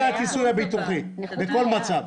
זה הכיסוי הביטוחי לכל מצב.